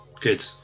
Good